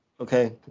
okay